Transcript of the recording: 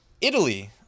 Italy